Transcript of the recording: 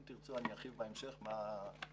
אם תרצו, אני ארחיב בהמשך על כך.